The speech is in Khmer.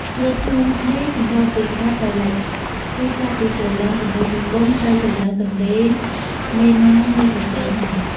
ជួរភ្នំនេះសណ្ដូកពីកើតទៅលិច គឺចាប់ពីជ្រលង ទន្លេមេគង្គ ទៅជ្រលងទន្លេមេណាមនៃប្រទេសថៃ ។